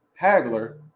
Hagler